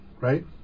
right